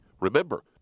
Remember